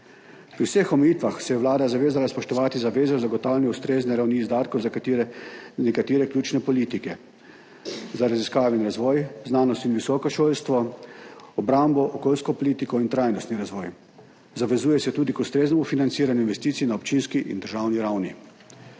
Pri vseh omejitvah se je Vlada zavezala spoštovati zaveze o zagotavljanju ustrezne ravni izdatkov za katere, nekatere ključne politike, za raziskave in razvoj, znanost in visoko šolstvo, obrambo, okoljsko politiko in trajnostni razvoj. Zavezuje se tudi k ustreznemu financiranju investicij na občinski in državni ravni.